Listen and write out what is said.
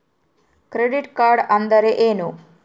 Credit rate ಅಂದರೆ ಏನು?